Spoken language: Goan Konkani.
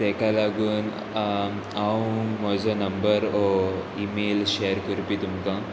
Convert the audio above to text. तेका लागून हांव म्हजो नंबर ओ इमेल शेयर करपी तुमकां